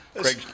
Craig